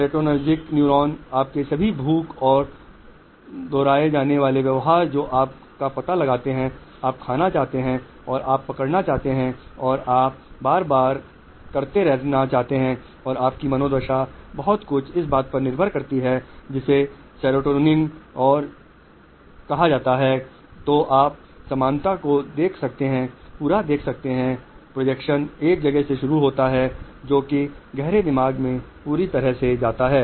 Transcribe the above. serotonergic neuron आपके सभी भूख और दोहराए जाने वाले व्यवहार जो आप का पता लगाते हैं आप खाना चाहते हैं और आप पकड़ना चाहते हैं और आप बार बार करते रहना चाहते हैं और जिसे सेरोटोनिन कहा जाता है आपकी मनोदशा बहुत कुछ इस बात पर निर्भर करती है तो आप समानता को देख सकते हैं पूरा देख सकते हैं प्रोजेक्शन एक जगह से शुरू होता है जो कि गहरे दिमाग से पूरी तरह से जा रहा है